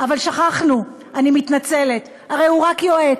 אבל שכחנו, אני מתנצלת, הרי הוא רק יועץ.